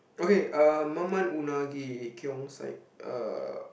okay um Man-Man-unagi Keong-Saik uh